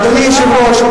אדוני היושב-ראש,